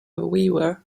weaver